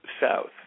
south